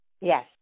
Yes